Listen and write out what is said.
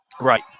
Right